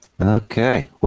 Okay